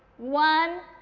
one,